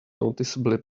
noticeably